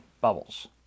Bubbles